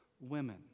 women